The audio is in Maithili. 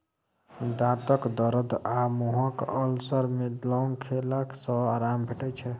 दाँतक दरद आ मुँहक अल्सर मे लौंग खेला सँ आराम भेटै छै